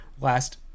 Last